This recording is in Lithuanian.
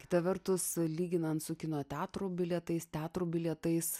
kita vertus lyginant su kino teatrų bilietais teatrų bilietais